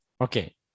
okay